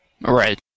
right